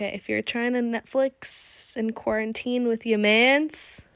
ah if you're trying to netflix and quarantine with your mans,